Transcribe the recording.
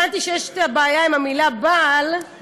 הבנתי שיש בעיה עם המילה "בעל" בעל.